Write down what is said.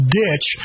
ditch